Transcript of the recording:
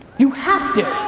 you have to.